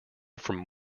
from